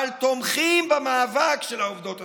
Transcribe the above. תומכים במאבק של העובדות הסוציאליות.